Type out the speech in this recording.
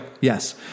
Yes